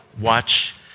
watch